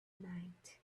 night